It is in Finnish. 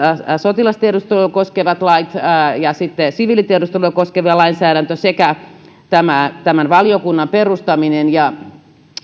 sotilastiedustelua koskevat lait ja siviilitiedustelua koskeva lainsäädäntö sekä valiokunnan perustaminen ja